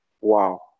Wow